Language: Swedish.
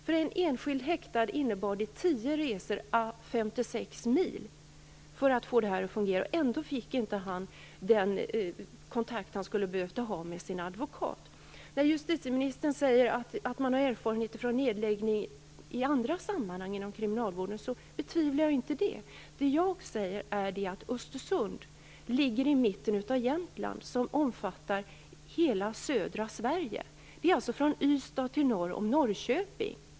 För en enskild häktad innebar det tio resor à 56 mil för att få detta att fungera, och ändå fick han inte den kontakt som han skulle behövt ha med sin advokat. När justitieministern säger att man har erfarenheter från nedläggning i andra sammanhang inom kriminalvården betvivlar jag inte det. Det som jag säger är att Östersund ligger i mitten av Jämtland, som är lika stort som södra Sverige från Ystad till norr om Norrköping.